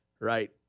right